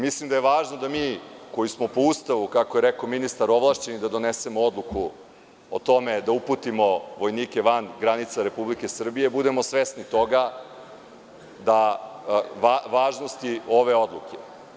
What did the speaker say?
Mislim da je važno da mi, koji smo po Ustavu, kako je rekao ministar, ovlašćeni da donesemo odluku o tome da uputimo vojnike van granica Republike Srbije, budemo svesni toga, važnosti ove odluke.